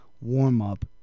warm-up